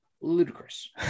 ludicrous